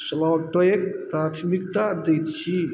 स्लॉटके प्राथमिकता दै छी